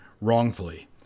wrongfully